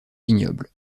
vignoble